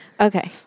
Okay